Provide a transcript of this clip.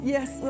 Yes